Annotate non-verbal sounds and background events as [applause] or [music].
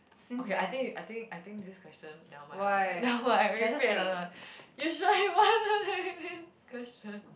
okay I think I think I think this question never mind lah never mind we pick another one you sure you want [laughs] to take this question